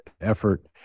effort